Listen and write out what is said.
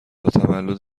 تولد